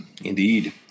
Indeed